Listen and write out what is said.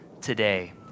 today